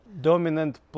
Dominant